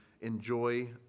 enjoy